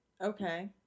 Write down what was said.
Okay